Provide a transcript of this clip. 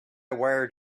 wired